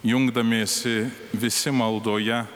jungdamiesi visi maldoje